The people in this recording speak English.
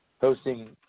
hosting